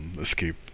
Escape